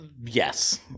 Yes